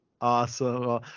awesome